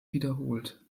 wiederholt